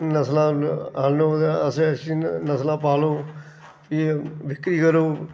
नसलां आह्नो ते असें अच्छी नसलां पालो ते बिक्री करो